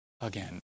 again